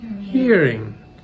hearing